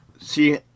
See